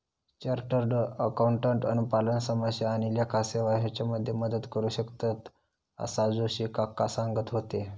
chartered accountant अनुपालन समस्या आणि लेखा सेवा हेच्यामध्ये मदत करू शकतंत, असा जोशी काका सांगत होते